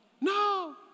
No